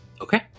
Okay